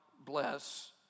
bless